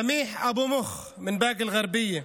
סמיח אבו מוך מבאקה אל-גרבייה,